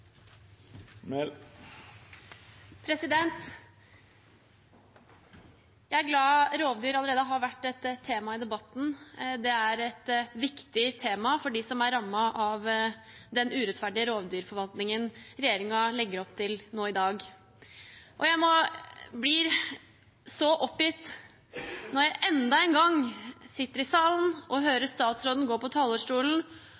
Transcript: Jeg er glad rovdyr allerede har vært et tema i debatten. Det er et viktig tema for dem som er rammet av den urettferdige rovdyrforvaltningen regjeringen legger opp til nå i dag. Jeg blir så oppgitt når jeg enda en gang sitter i salen og